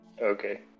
Okay